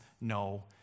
no